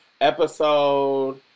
episode